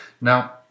Now